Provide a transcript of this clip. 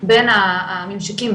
בין הממשקים,